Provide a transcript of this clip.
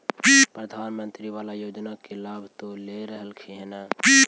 प्रधानमंत्री बाला योजना के लाभ तो ले रहल्खिन ह न?